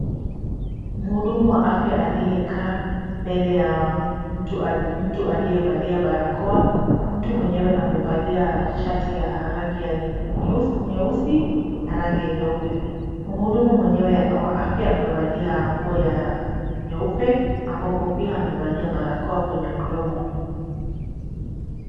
Mhudumu wa afya aliyekaa mbele ya mtu aliyevalia barakoa. Mtu mwenyewe amevalia shati ya rangi ya nyeusi na rangi ya nyeupe. Mhudumu mwenyewe wa afya amevalia nguo ya nyeupe ambapo pia amevalia barakoa kwenye mdomo.